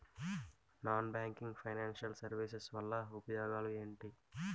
Non banking financial services వల్ల ఉపయోగాలు ఎంటి?